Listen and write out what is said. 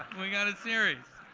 we got a series!